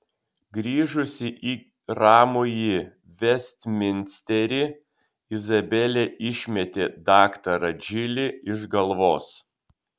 grįžusi į ramųjį vestminsterį izabelė išmetė daktarą džilį iš galvos